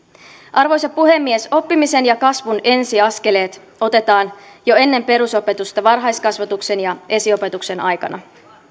arvoisa puhemies oppimisen ja kasvun ensiaskeleet otetaan jo ennen perusopetusta varhaiskasvatuksen ja esiopetuksen aikana